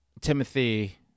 Timothy